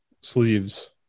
sleeves